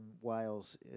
Wales